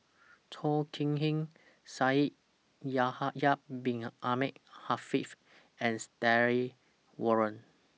Chong Kee Hiong Shaikh Yahya Bin Ahmed Afifi and Stanley Warren